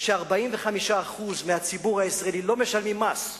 שבו 45% מהציבור הישראלי לא משלמים מס,